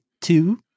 two